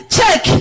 Check